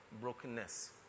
brokenness